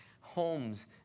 Homes